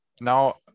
now